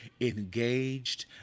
engaged